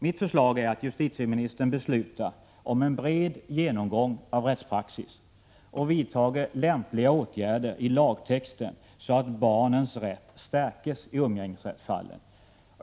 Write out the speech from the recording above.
Mitt förslag är att justitieministern beslutar om en bred genomgång av rättspraxis och vidtar lämpliga ändringar i lagtexten så att barnens rätt stärks i umgängesrättsfallen.